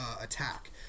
attack